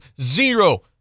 Zero